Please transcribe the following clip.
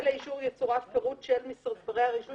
אל האישור יצורף פירוט של מספרי הרישוי